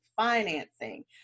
financing